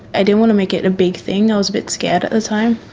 i didn't want to make it a big thing, i was a bit scared at the time.